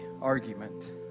argument